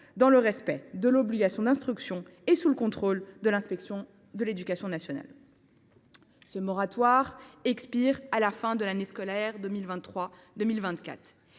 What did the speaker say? dans le respect de l’obligation d’instruction et sous le contrôle de l’inspection de l’éducation nationale. Ce moratoire expire à la fin de l’année scolaire 2023 2024.